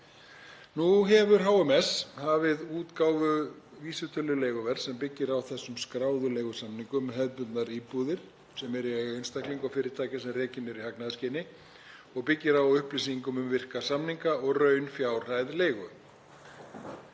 Nú hefur HMS hafið útgáfu vísitölu leiguverðs sem byggir á þessum skráðu leigusamningum um hefðbundnar íbúðir sem eru í eigu einstaklinga og fyrirtækja sem rekin eru í hagnaðarskyni og byggir á upplýsingum um virka samninga og raunfjárhæð leigu.